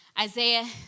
Isaiah